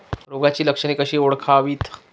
रोगाची लक्षणे कशी ओळखावीत?